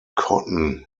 cotton